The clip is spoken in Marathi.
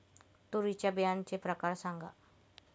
तूरीच्या बियाण्याचे प्रकार सांगा